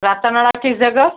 राता नाड़ा किस जगह